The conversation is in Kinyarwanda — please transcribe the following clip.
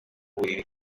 buriri